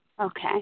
Okay